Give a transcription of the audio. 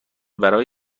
برای